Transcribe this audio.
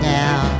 now